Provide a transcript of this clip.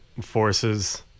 forces